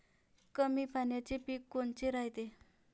कमी पाण्याचे पीक कोनचे रायते?